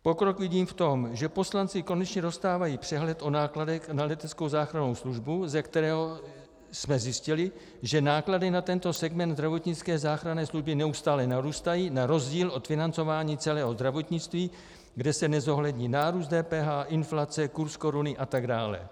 Pokrok vidím v tom, že poslanci konečně dostávají přehled o nákladech na leteckou záchrannou službu, ze kterého jsme zjistili, že náklady na tento segment zdravotnické záchranné služby neustále narůstají na rozdíl od financování celého zdravotnictví, kde se nezohlední nárůst DPH, inflace, kurz koruny atd.